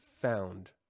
found